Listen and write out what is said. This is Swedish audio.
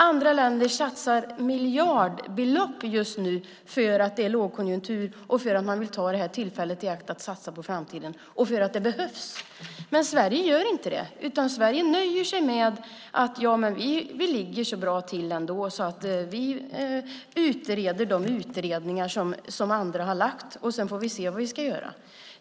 Andra länder satsar miljardbelopp just nu för att det är lågkonjunktur och för att man vill ta det här tillfället i akt att satsa på framtiden och för att det behövs. Men Sverige gör inte det, utan Sverige nöjer sig med att säga: Ja, men vi ligger så bra till ändå så vi utreder de utredningar som andra har gjort, och sedan får vi se vad vi ska göra.